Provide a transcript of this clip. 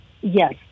Yes